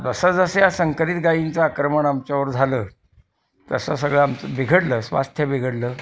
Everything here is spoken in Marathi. जसं जसं या संकरीत गाईंचं आक्रमण आमच्यावर झालं तसं सगळं आमचं बिघडलं स्वास्थ्य बिघडलं